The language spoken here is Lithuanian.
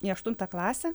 į aštuntą klasę